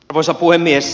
arvoisa puhemies